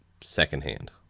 secondhand